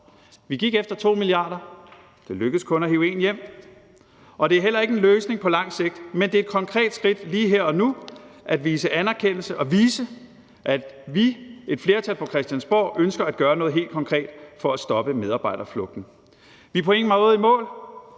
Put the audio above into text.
Vi gik efter 2 mia. kr., men det lykkedes kun at hive 1 mia. kr. hjem, og det er heller ikke en løsning på lang sigt, men det er et konkret skridt lige her og nu at vise anerkendelse og vise, at vi, et flertal på Christiansborg, ønsker at gøre noget helt konkret for at stoppe medarbejderflugten. Vi er på ingen måde i mål,